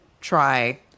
try